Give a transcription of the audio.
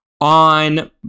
on